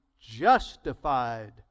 justified